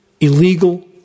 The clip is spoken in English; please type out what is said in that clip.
illegal